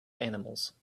animals